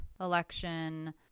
election